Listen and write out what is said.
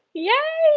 yeah.